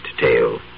tale